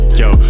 yo